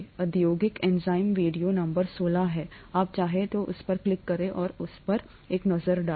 औद्योगिक enzyme video number 16 है आप चाहें उस पर क्लिक करें और उस पर एक नज़र डालें